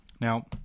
Now